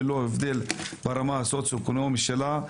ללא ההבדל ברמה הסוציו-אקונומי שלהן,